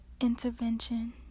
intervention